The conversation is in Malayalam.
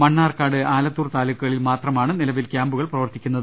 മണ്ണാർക്കാട് ആലത്തൂർ താലൂക്കുകളിൽ മാത്രമാണ് നില വിൽ ക്യാമ്പുകൾ പ്രവർത്തിക്കുന്നത്